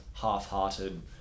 half-hearted